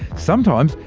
sometimes,